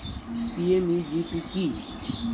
PMEGP কি?